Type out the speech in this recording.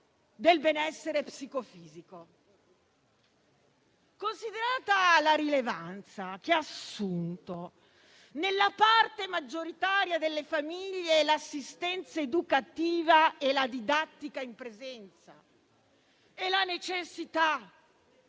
del benessere psicofisico. Considerata la rilevanza che hanno assunto nella parte maggioritaria delle famiglie l'assistenza educativa, la didattica in presenza e la necessità